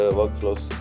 workflows